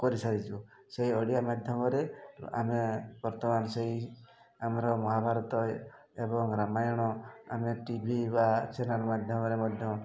କରିସାରିଛୁ ସେଇ ଓଡ଼ିଆ ମାଧ୍ୟମରେ ଆମେ ବର୍ତ୍ତମାନ ସେଇ ଆମର ମହାଭାରତ ଏବଂ ରାମାୟଣ ଆମେ ଟି ଭି ବା ଚ୍ୟାନେଲ୍ ମାଧ୍ୟମରେ ମଧ୍ୟ